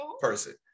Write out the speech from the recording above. person